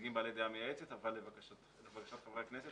ונציגים בעלי הדעה המייעצת, אבל לבקשת חברי הכנסת